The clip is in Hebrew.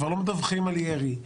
כבר לא מדווחים אירועי ירי,